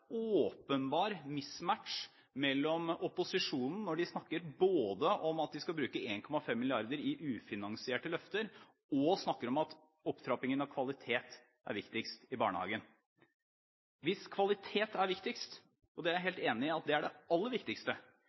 åpenbar «mismatch» i opposisjonen når de snakker både om at de skal bruke 1,5 mrd. kr i ufinansierte løfter, og om at opptrappingen av kvalitet er det viktigste i barnehagen. Jeg er enig i at kvalitet er det aller viktigste – at man har gode ansatte i barnehagen, at